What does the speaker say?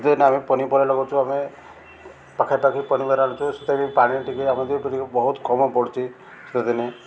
ଯଦି ଆମେ ପନିପରିବା ଲାଗୁଛୁ ଆମେ ପାଖରେ ପାଖି ସେଥିପାଇଁ ବି ପାଣି ଟିକେ ଆମେ ଟିକେ ବହୁତ କମ ପଡ଼ୁଛି ସେଦିନ